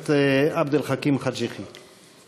הכנסת עבד אל חכים חאג' יחיא.